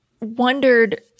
wondered